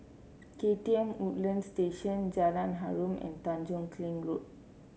K T M Woodlands Station Jalan Harum and Tanjong Kling Road